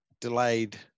delayed